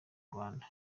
rwanda